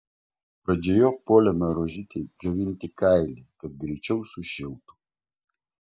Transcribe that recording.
pradžioje puolėme rožytei džiovinti kailį kad greičiau sušiltų